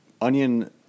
onion